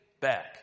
back